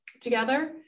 together